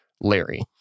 Larry